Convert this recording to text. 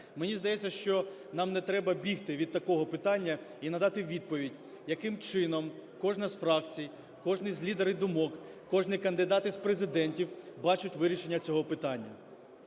Мені здається, що нам не треба бігти від такого питання і надати відповідь, яким чином кожна з фракцій, кожний з лідерів і думок, кожний кандидат із президентів бачать вирішення цього питання.